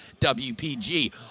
WPG